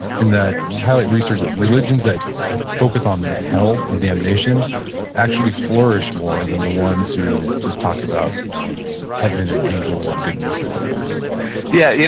and that you highlight research that religions that focus on hell and damnation actually flourish more than the ones who just talk about heaven and angels and goodness and whatever yeah yeah.